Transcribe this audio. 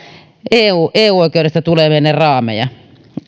eu eu oikeudesta tulee meille raameja